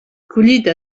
collita